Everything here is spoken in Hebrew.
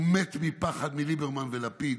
הוא מת מפחד מליברמן ולפיד.